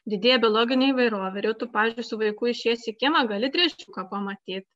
didėja biologinė įvairovė ir jau tu pavyzdžiui su vaiku išėjęs į kiemą gali driežiuką pamatyt